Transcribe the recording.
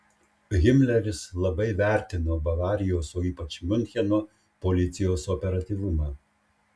himleris labai vertino bavarijos o ypač miuncheno policijos operatyvumą